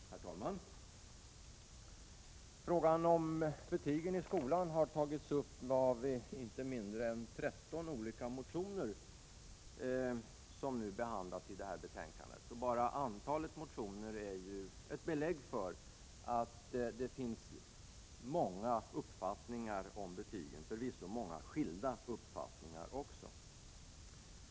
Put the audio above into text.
Herr talman! Frågan om betygen i skolan har tagits upp i inte mindre än 13 motioner som behandlas i det här betänkandet. Bara antalet motioner är ett belägg för att det finns många uppfattningar om betygen, förvisso många skilda uppfattningar också.